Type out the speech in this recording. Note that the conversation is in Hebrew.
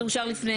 זה אושר לפני?